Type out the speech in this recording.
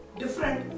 different